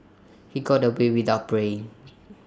he got away without paying